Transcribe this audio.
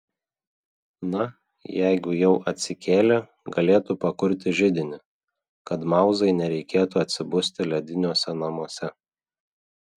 na jeigu jau atsikėlė galėtų pakurti židinį kad mauzai nereikėtų atsibusti lediniuose namuose